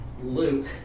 Luke